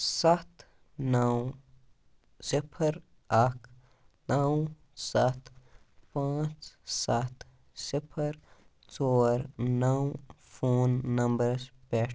ستھ نو صِفَر اکھ نو ستھ پانٛژ ستھ صِفَر ژور نو فون نمبرَس پٮ۪ٹھ